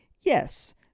yes